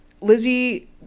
Lizzie –